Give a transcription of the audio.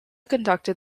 conducted